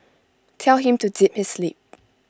tell him to zip his lip